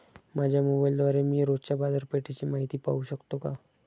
माझ्या मोबाइलद्वारे मी रोज बाजारपेठेची माहिती पाहू शकतो का?